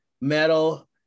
metal